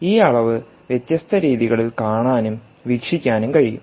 ഈ അളവ് വ്യത്യസ്ത രീതികളിൽ കാണാനും വീക്ഷിക്കാനും കഴിയും